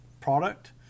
product